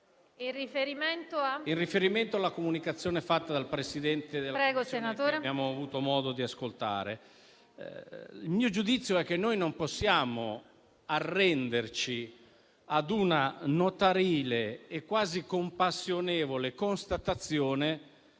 in riferimento alla comunicazione fatta dal presidente dell'8a Commissione, senatore Fazzone, che abbiamo avuto modo di ascoltare, il mio giudizio è che non possiamo arrenderci a una notarile e quasi compassionevole constatazione